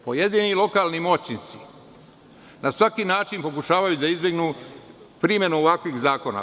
Pojedini lokalni moćnici na svaki način pokušavaju da izbegnu primenu ovakvih zakona.